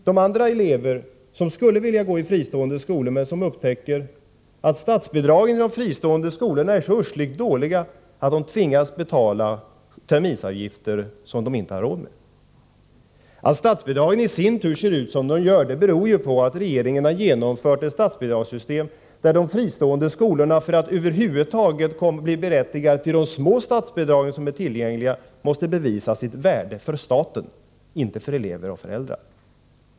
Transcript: De elever som skulle vilja gå i fristående skolor upptäcker att statsbidragen till dessa är så uschligt dåliga att eleverna tvingas betala terminsavgifter som de inte har råd med. Att statsbidragen i sin tur ser ut som de gör beror på att regeringen genomfört ett sådant statsbidragssystem att de fristående skolorna — för att över huvud taget bli berättigade till de små statsbidrag som är tillgängliga — måste bevisa sitt värde för staten, inte för elever och föräldrar.